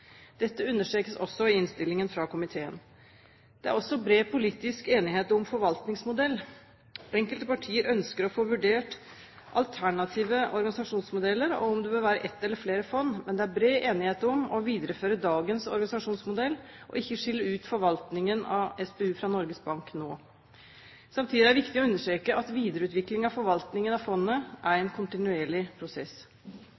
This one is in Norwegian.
Dette understrekes også i innstillingen fra komiteen. Det er også bred politisk enighet om forvaltningsmodell. Enkelte partier ønsker å få vurdert alternative organisasjonsmodeller og om det bør være ett eller flere fond, men det er bred enighet om å videreføre dagens organisasjonsmodell og ikke skille ut forvaltningen av SPU fra Norges Bank nå. Samtidig er det viktig å understreke at videreutvikling av forvaltningen av fondet er